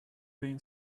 being